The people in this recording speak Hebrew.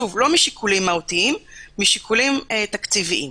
לא משיקולים מהותיים אלא משיקולים תקציביים.